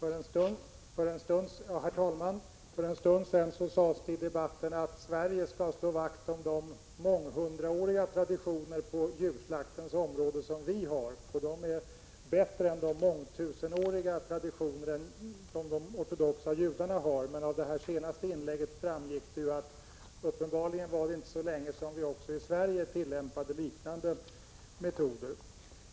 Herr talman! För en stund sedan sades i debatten att Sverige skall slå vakt om de månghundraåriga traditioner på djurslaktens område som vi har och att de är bättre än de mångtusenåriga traditioner som de ortodoxa judarna har. Av det senaste inlägget framgick dock att det uppenbarligen inte var så länge sedan vi också i Sverige tillämpade metoder som snarare påminner om koscher.